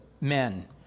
men